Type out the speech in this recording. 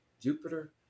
Jupiter